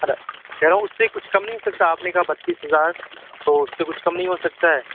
hello کہہ رہا ہوں اُس سے کچھ کم نہیں ہو سکتا آپ نے کہا بتیس ہزار تو اُس سے کچھ کم نہیں ہو سکتا ہے